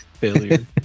failure